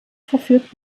verfügt